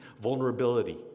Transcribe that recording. vulnerability